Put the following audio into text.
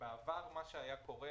בעבר מה שהיה קורה,